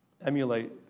emulate